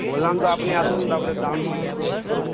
বললাম তো আপনি আসুন তারপরে দাম ঠিক কোর করবো